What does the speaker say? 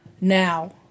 now